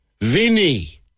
Vinny